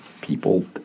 people